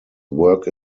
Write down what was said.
work